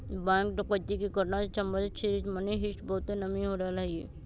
bank डकैती के घटना से संबंधित सीरीज मनी हीस्ट बहुते नामी हो रहल हइ